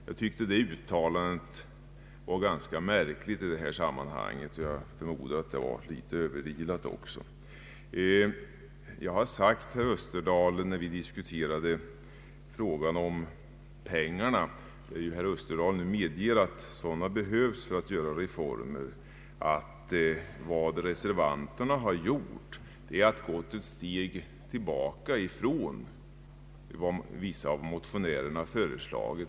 Jag tyckte att det uttalandet var ganska märkligt och jag förmodar att det var litet överilat. Herr Österdahl medger att det behövs pengar för att göra reformer. Jag sade när vi diskuterade pengarna, att reservanterna gått ett steg tillbaka från vad motionärerna föreslagit.